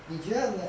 你觉得 m~